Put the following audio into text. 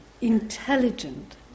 intelligent